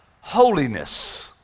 holiness